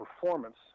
performance